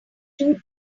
too